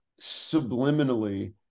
subliminally